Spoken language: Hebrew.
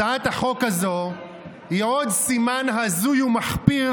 הצעת החוק הזו היא עוד סימן הזוי ומחפיר